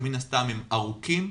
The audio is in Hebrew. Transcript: שמן הסתם הם ארוכים,